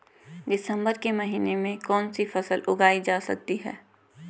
दिसम्बर के महीने में कौन सी फसल उगाई जा सकती है?